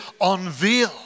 unveil